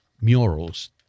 murals